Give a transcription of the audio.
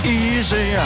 easy